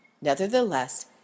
Nevertheless